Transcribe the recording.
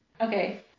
Okay